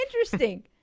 interesting